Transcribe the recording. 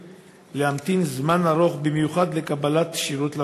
להמתין זמן ארוך במיוחד לקבלת שירות ולמענה.